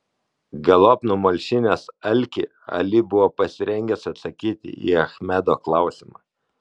galop numalšinęs alkį ali buvo pasirengęs atsakyti į achmedo klausimą